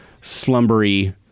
slumbery